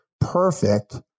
perfect